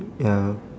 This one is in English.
ya